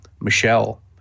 michelle